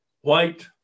White